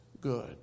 good